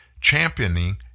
championing